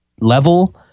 level